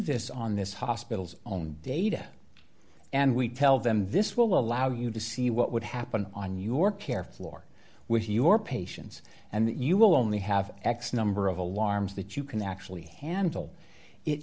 this on this hospital's own data and we tell them this will allow you to see what would happen on your care floor with your patients and that you will only have x number of alarms that you can actually handle it